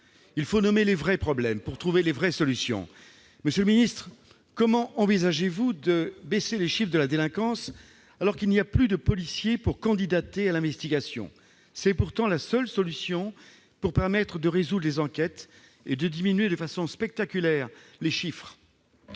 Il faut nommer les vrais problèmes pour trouver les vraies solutions. Monsieur le ministre, comment envisagez-vous de faire baisser les chiffres de la délinquance, alors qu'il n'y a plus de policiers pour se porter candidat à l'investigation ? C'est pourtant la seule solution de nature à boucler des enquêtes et à faire diminuer de façon spectaculaire ces chiffres.